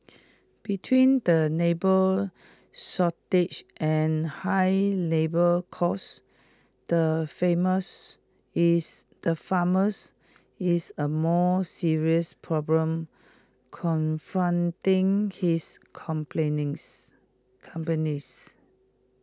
between the labour shortage and high labour costs the famous is the farmers is A more serious problem confronting his companies